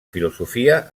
filosofia